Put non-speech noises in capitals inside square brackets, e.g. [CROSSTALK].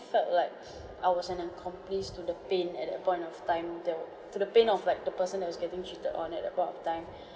felt like [BREATH] I was an accomplice to the pain at that point of time that wa~ to the pain of like the person that was getting cheated on at that point of time [BREATH]